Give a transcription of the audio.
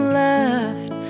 left